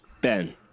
Ben